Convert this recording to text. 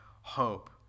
hope